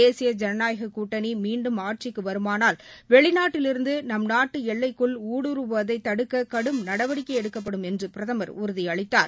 தேசிய ஜனநாயகக் கூட்டணி மீண்டும் ஆட்சிக்கு வருமானால் வெளிநாட்டிலிருந்து நம் நாட்டு எல்லைக்குள் ஊடுருவுவதைத் தடுக்க கடும் நடவடிக்கை எடுக்கப்படும் என்று பிரதமர் உறுதியளித்தார்